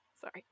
sorry